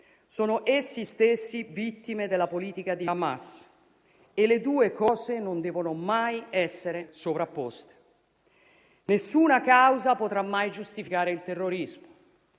sono essi stessi vittime della politica di Hamas e le due cose non devono mai essere sovrapposte. Nessuna causa potrà mai giustificare il terrorismo.